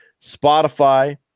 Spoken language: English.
Spotify